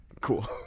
cool